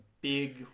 big